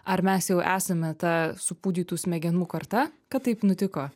ar mes jau esame ta supūdytų smegenų karta kad taip nutiko